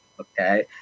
Okay